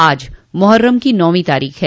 आज मोहरम की नौवीं तारीख है